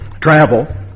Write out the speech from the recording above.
Travel